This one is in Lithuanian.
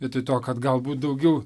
vietoj to kad galbūt daugiau